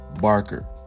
Barker